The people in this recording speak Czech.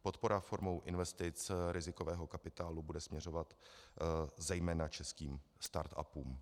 Podpora formou investic rizikového kapitálu bude směřovat k zejména českým startupům.